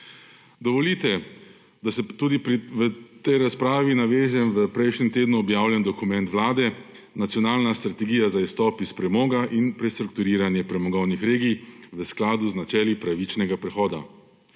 Dovolite, da se tudi v tej razpravi navežem v prejšnjem tednu objavljen dokument Vlade – Nacionalna strategija za izstop iz premoga in prestrukturiranje premogovnih regij v skladu z načeli pravičnega prehoda.